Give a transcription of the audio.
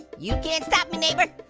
you can't stop me, neighbor.